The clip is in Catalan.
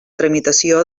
tramitació